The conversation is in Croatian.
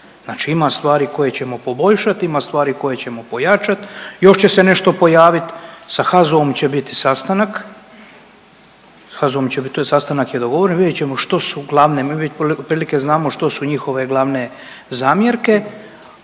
Znači ima stvari koje ćemo poboljšat, ima stvari koje ćemo pojačat i još će se nešto pojavit, sa HAZU-om će biti sastanak, sa HAZU-om će bit, to je, sastanak je dogovoren, vidjet ćemo što su glavne, otprilike znamo što su njihove glavne zamjerke,